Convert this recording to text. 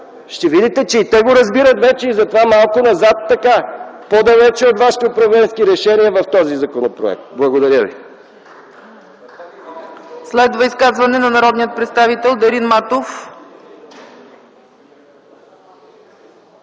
ще видите, че и те го разбират вече и затова малко назад, по-далече от вашите управленски решения в този законопроект. Благодаря ви. ПРЕДСЕДАТЕЛ ЦЕЦКА ЦАЧЕВА: Следва изказване на народния представител Дарин Матов.